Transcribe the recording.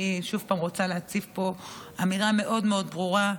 אני שוב רוצה להציף פה אמירה מאוד ברורה,